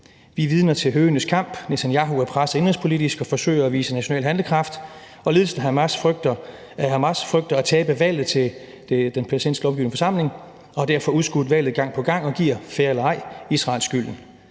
er vidner til høgenes kamp. Netanyahu er presset indenrigspolitisk og forsøger at vise national handlekraft, og Hamas frygter at tabe valget til den palæstinensiske lovgivende forsamling, og har derfor udskudt valget gang på gang og giver – fair eller ej – Israel skylden.